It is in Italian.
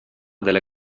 delle